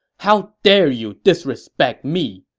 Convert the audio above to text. how dare you disrespect me!